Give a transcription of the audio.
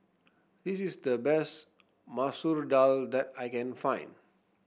this is the best Masoor Dal that I can find